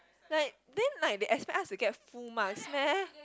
like then like they expect us to get full marks meh